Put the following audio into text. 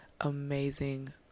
amazing